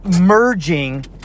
merging